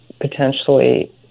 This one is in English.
potentially